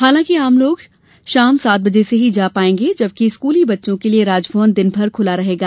हालांकि आम लोग शाम सात बजे से ही जा पायेंगे जबकि स्कूली बच्चों के लिये राजभवन दिनभर खुला रहेगा